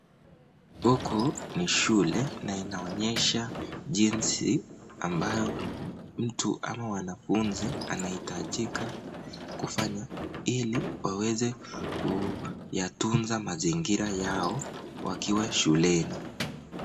Huku ni shule na inaonyesha jinsi ambayo mtu ama wanafuzi anaitajika kufanya ili waweze kuyatuza mazingira yao wakiwa shuleni.